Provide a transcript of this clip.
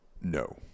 No